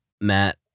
Matt